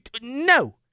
No